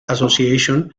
association